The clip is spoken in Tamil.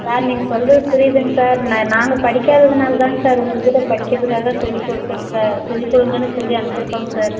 சார் நீங்கள் சொல்கிறது புரியுதுங்க சார் ந நாங்கள் படிக்காததுனால் தாங்க சார் உங்கள் கிட்டே படிக்கிறதுக்காக சொல்லிக் கொடுக்குறதுக்கா சொல்லி கொடுங்கன்னு சொல்லி அனுப்பிச்சிருக்கோங்க சார்